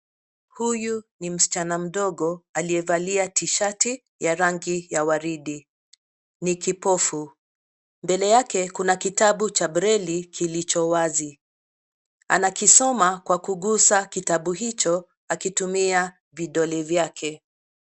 Huyu ni msichana mdogo aliyevalia tishati ya rangi ya waridi. Ni kipofu. Mbele yake kuna kitabu cha breli kilicho wazi. Anakisoma kwa kugusa kitabu hicho akitumia vidole vyake.